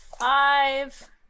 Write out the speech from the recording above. Five